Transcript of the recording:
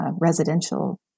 residential